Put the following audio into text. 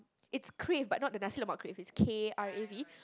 it's krav but not the nasi-lemak kuey it's K_R_A_V